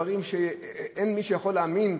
דברים שאין מי שיכול להאמין,